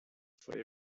for